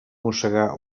mossegar